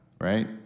right